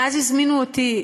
ואז הזמינו אותי.